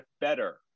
better